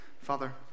Father